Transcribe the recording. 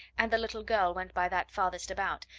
and the little girl went by that farthest about,